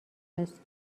است